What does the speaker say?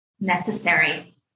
Necessary